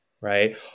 right